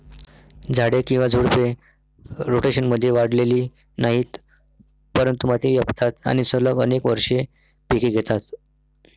झाडे किंवा झुडपे, रोटेशनमध्ये वाढलेली नाहीत, परंतु माती व्यापतात आणि सलग अनेक वर्षे पिके घेतात